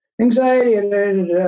Anxiety